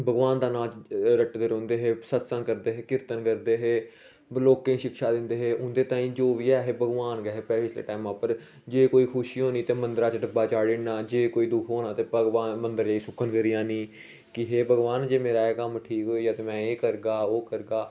भगबान दा नां रटदे रौहंदे है सतसंग करदे है लोकें गी शिक्षा दिंदे हे भगबान गै हे भाई उसे टेंमे उप्पर जे कोई खुशी होनी ते मंदरा च डब्बा चाढ़ी ओड़ना जे कोई दुख होना मदंर जेइये सुक्खन करी आनी कि हे भगबान जे मेरा एह् कम्म ठीक होई जाग ते में एह् करगा ओह् करगा